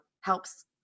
helps